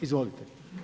Izvolite.